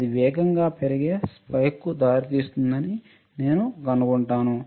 ఇది వేగంగా పెరిగే స్పైక్కు దారితీస్తుందని నేను కనుగొన్నాను